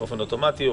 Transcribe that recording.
באופן אוטומטי,